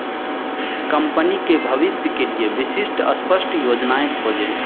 company के भविष्य के लिए विशिष्ट स्पष्ट योजनाएँ खोजें